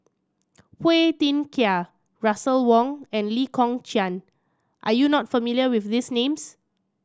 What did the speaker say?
Phua Thin Kiay Russel Wong and Lee Kong Chian are you not familiar with these names